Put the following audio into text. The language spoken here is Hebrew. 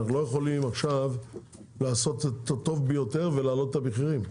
אנחנו לא יכולים עכשיו לעשות את הטוב ביותר ולהעלות את המחירים.